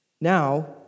now